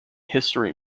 history